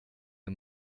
you